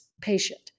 patient